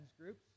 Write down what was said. groups